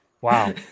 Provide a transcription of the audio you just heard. Wow